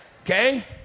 okay